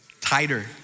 Tighter